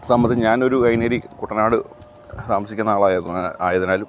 സംബന്ധിച്ച് ഞാനൊരു കുട്ടനാട് താമസിക്കുന്ന ആളായ ആയതിനാലും